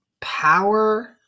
power